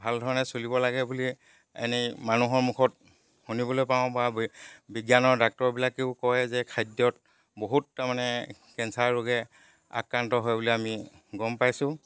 ভাল ধৰণে চলিব লাগে বুলি এনেই মানুহৰ মুখত শুনিবলৈ পাওঁ বা বি বিজ্ঞানৰ ডাক্তৰবিলাকেও কয় যে খাদ্যত বহুত তাৰমানে কেঞ্চাৰ ৰোগে আক্ৰান্ত হয় বুলি আমি গম পাইছোঁ